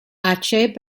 aceh